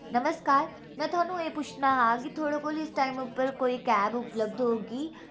नमस्कार में थुहानूं एह् पुच्छना हा कि थुआढ़े कोल इस टाइम उप्पर कोई कैब उपलब्ध होग्गी